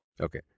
Okay